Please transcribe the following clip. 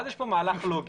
אז יש כאן מהלך לוגי.